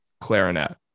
clarinet